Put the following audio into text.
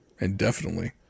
indefinitely